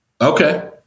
Okay